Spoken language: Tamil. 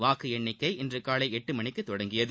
வாக்கு எண்ணிக்கை இன்று காலை எட்டு மணிக்கு தொடங்கியது